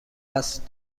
است